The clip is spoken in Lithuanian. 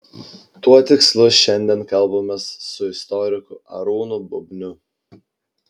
tuo tikslu šiandien kalbamės su istoriku arūnu bubniu